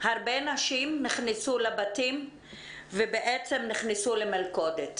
הרבה נשים נכנסו לבתים ונכנסו למלכודת.